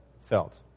felt